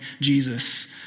Jesus